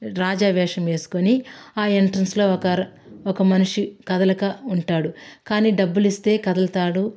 రాజా వేషం వేసుకొని ఆ ఎంట్రన్స్లో ఒకరు ఒక మనిషి కదలక ఉంటాడు కాని డబ్బులిస్తే కదులుతాడు